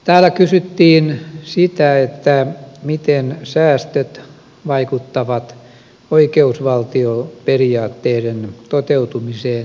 täällä kysyttiin sitä miten säästöt vaikuttavat oikeusvaltioperiaatteiden toteutumiseen käytännössä